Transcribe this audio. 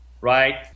right